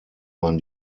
man